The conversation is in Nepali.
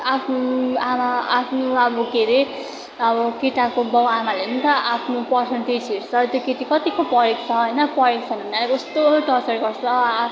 आफ्नो आमा आफ्नो अब के अरे अब केटाको बाउआमाहरूले पनि त आफ्नो पर्सन्टेज हेर्छ त्यो केटी कतिको पढेको छ होइन पढेको छैन भने कस्तो टचर गर्छ